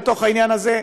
לתוך העניין הזה,